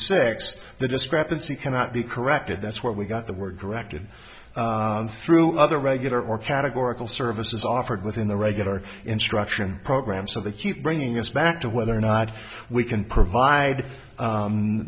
six the discrepancy cannot be corrected that's where we got the word corrected through other regular or categorical services offered within the regular instruction program so that you bringing us back to whether or not we can provide